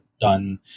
done